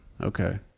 Okay